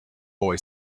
boy